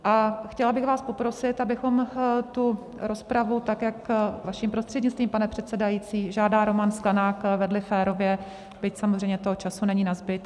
A chtěla bych vás poprosit, abychom tu rozpravu, jak vaším prostřednictvím, pane předsedající, žádá Roman Sklenák, vedli férově, byť samozřejmě času není nazbyt.